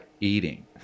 eating